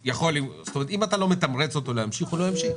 אם אתה לא מתמרץ אותו להמשיך, הוא לא ימשיך.